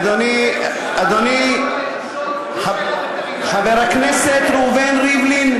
אדוני חבר הכנסת ריבלין,